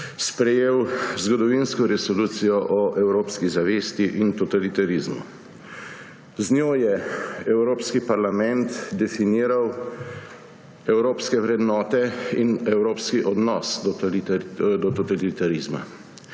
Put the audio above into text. sprejel zgodovinsko Resolucijo o evropski zavesti in totalitarizmu. Z njo je Evropski parlament definiral evropske vrednote in evropski odnos do totalitarizma.